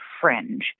Fringe